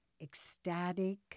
ecstatic